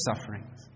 sufferings